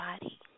body